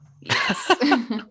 Yes